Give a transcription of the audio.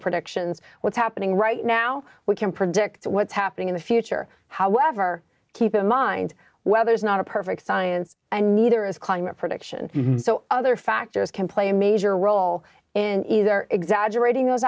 predictions what's happening right now we can't predict what's happening in the future however keep in mind weather is not a perfect science and neither is climate prediction so other factors can play a major role in either exaggerating those